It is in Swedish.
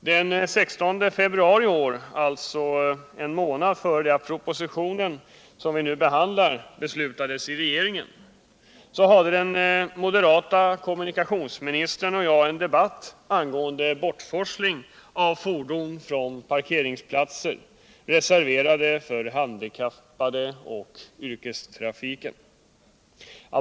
Den 16 februari i år, dvs. en månad innan den proposition vi nu behandlar beslutades i regeringen, hade den moderate kommunikationsministern och jag en debatt angående bortforsling av fordon från parkeringsplatser, reserverade för handikappade och yrkestrafik.